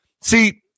See